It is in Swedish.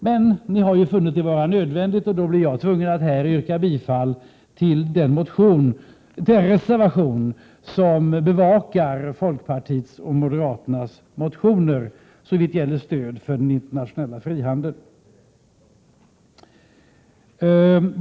Men ni har ju funnit det nödvändigt att avstyrka förslagen, och då blir jag tvungen att här yrka bifall till den reservation som bevakar folkpartiets och moderaternas motioner såvitt gäller stöd för den internationella frihandeln.